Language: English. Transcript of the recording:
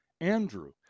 Andrew